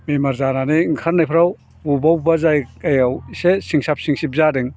बेमार जानानै ओंखारनायफ्राव बबावबा बबावबा जायगायाव एसे सिंसाब सिंसिब जादों